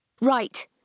Right